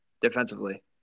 defensively